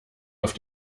auf